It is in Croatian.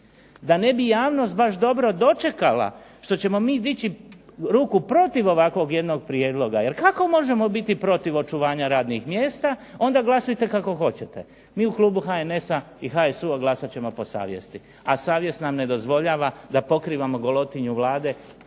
da ne bi javnost baš dobro dočekala što ćemo mi dići ruku protiv ovakvog jednog prijedloga, jer kako možemo biti protiv očuvanja radnih mjesta, onda glasujte kako hoćete. Mi u klubu HNS-a i HSU-a glasat ćemo po savjesti, a savjest nam ne dozvoljava da pokrivamo golotinju Vlade